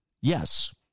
yes